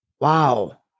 wow